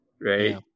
right